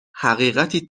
حقیقتی